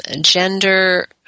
gender